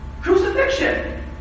crucifixion